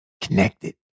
connected